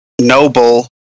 Noble